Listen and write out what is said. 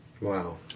Wow